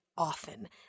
Often